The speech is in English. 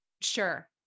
sure